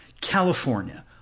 California